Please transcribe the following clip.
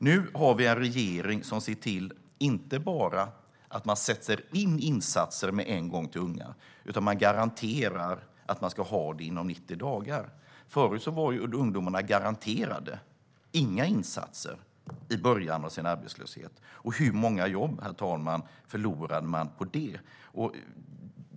Nu har vi en regering som ser till att inte bara sätta in insatser för unga med en gång utan också garantera att de ska få dem inom 90 dagar. Förut fick ungdomarna garanterat inga insatser i början av sin arbetslöshet. Hur många jobb, herr talman, förlorade man på det?